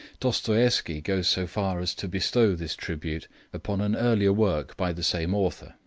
dostoieffsky goes so far as to bestow this tribute upon an earlier work by the same author,